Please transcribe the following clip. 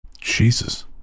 Jesus